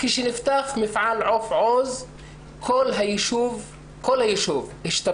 כשנפתח מפעל עוף עוז כל הישוב השתפר.